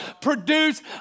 produce